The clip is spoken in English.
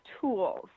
tools